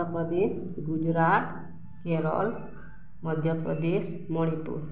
Andhra Pradesh Gujarat Kerala Madhya Pradesh Manipur